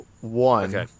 one